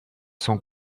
son